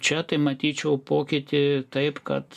čia tai matyčiau pokytį taip kad